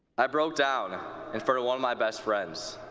i broke down in front of one of my best friends.